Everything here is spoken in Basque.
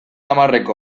hamarreko